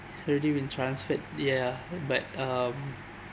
he's already been transferred ya but um